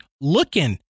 looking